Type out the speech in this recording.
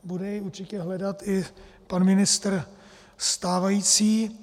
Bude jej určitě hledat i pan ministr stávající.